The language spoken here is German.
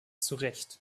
zurecht